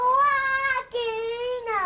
walking